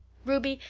ruby,